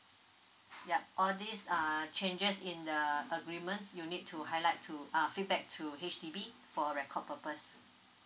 yeah all this uh changes in the agreements you'll need to highlight to ah feedback to H_D_B for record purpose